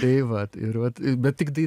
tai vat ir vat bet tiktai